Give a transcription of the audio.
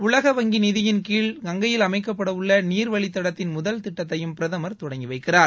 உலக வங்கி நிதி உதவியின்கீழ் கங்கையில் அமைக்கப்பட உள்ள நீர் வழித்தடத்தின் முதல் திட்டத்தையும் பிரதமர் தொடங்கி வைக்கிறார்